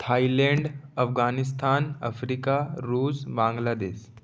Thailand Afghanistan Africa रूस बांग्लादेश